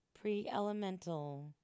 pre-elemental